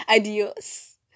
Adios